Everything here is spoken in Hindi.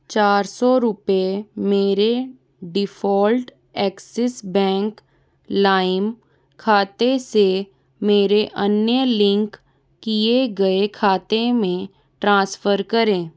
चार सौ रुपये मेरे डिफ़ॉल्ट एक्सिस बैंक लाइम खाते से मेरे अन्य लिंक किए गए खाते में ट्रांसफ़र करें